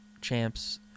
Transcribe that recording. champs